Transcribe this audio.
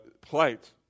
plight